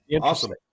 Awesome